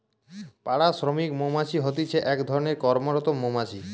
পাড়া শ্রমিক মৌমাছি হতিছে এক ধরণের কর্মরত মৌমাছি